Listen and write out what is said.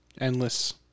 endless